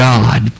God